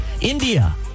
India